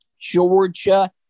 Georgia